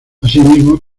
asimismo